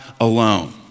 alone